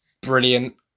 brilliant